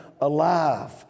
alive